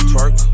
Twerk